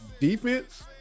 defense